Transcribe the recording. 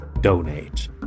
donate